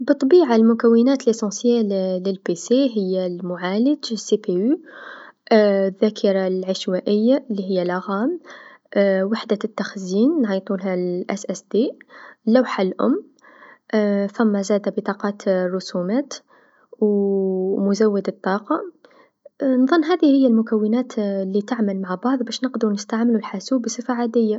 بالطبيعه المكونات الأساسيه للكمبيوتر هي المعالج سي بي يو، الذاكره العشوائية لهي رام وحدة التخزين س س تي، لوحه الأم فما زادا بطاقات الرسومات و مزود الطاقه، نظن هذي هي المكونات لتعمل مع بعض باش نقدرو نستعملو الحاسوب بصفه عاديه.